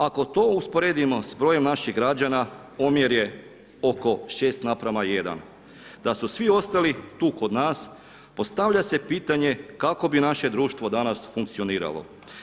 Ako to usporedimo s brojem naših građana, omjer je oko 6:1. da su svi ostali tu kod nas postavlja se pitanje kako bi naše društvo danas funkcioniralo.